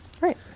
Right